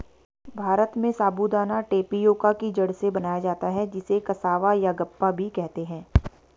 भारत में साबूदाना टेपियोका की जड़ से बनाया जाता है जिसे कसावा यागप्पा भी कहते हैं